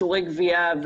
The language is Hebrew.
בשיעורי גבייה.